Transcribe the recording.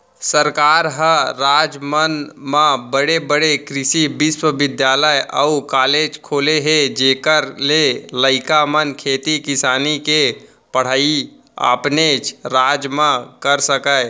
सरकार ह राज मन म बड़े बड़े कृसि बिस्वबिद्यालय अउ कॉलेज खोले हे जेखर ले लइका मन खेती किसानी के पड़हई अपनेच राज म कर सकय